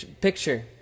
picture